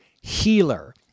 healer